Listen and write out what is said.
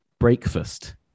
breakfast